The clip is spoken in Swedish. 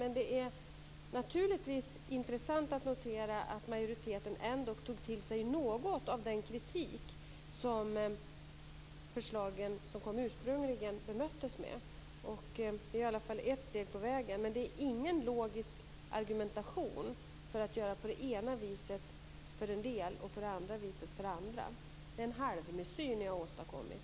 Men det är naturligtvis intressant att notera att majoriteten ändå tog till sig något av den kritik som de ursprungliga förslagen möttes av. Det är i alla fall ett steg på vägen, men det är ingen logisk argumentation för att göra på det ena viset för en del och på det andra viset för andra. Det är en halvmesyr ni har åstadkommit.